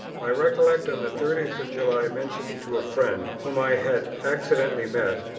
i recollect on the thirtieth of july mentioning to a friend, whom i had accidentally met,